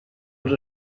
els